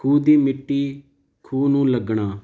ਖੂਹ ਦੀ ਮਿੱਟੀ ਖੂਹ ਨੂੰ ਲੱਗਣਾ